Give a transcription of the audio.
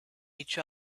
each